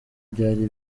byari